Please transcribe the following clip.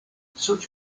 such